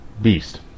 beast